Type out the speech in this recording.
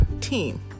team